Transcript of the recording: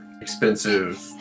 expensive